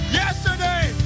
yesterday